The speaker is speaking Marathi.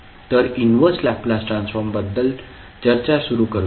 तर इनव्हर्स लॅपलेस ट्रान्सफॉर्म बद्दल चर्चा सुरू करूया